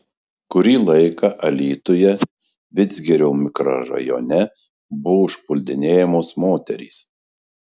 kurį laiką alytuje vidzgirio mikrorajone buvo užpuldinėjamos moterys